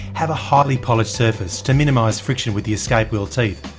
have a highly polished surface, to minimise friction with the escape wheel teeth.